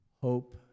hope